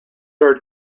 are